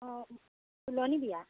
অঁ তোলনি বিয়া